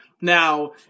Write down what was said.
Now